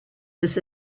this